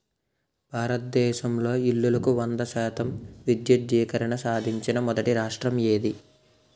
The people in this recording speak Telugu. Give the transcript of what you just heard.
భారతదేశంలో ఇల్లులకు వంద శాతం విద్యుద్దీకరణ సాధించిన మొదటి రాష్ట్రం ఏది?